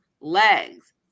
legs